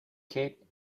kit